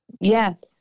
Yes